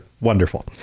wonderful